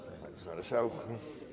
Panie Marszałku!